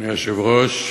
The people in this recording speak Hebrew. אדוני היושב-ראש,